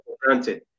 granted